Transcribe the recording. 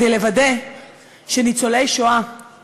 כדי לוודא שניצולי השואה